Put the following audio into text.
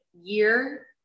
year